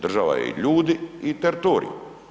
Država je i ljudi i teritorij.